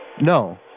No